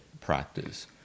practice